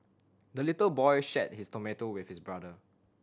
the little boy shared his tomato with his brother